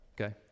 Okay